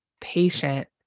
patient